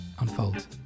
unfold